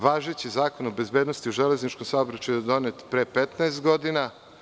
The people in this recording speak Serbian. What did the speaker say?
Važeći Zakon o bezbednosti u železničkom saobraćaju je donet pre 15 godina.